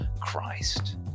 Christ